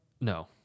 No